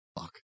Fuck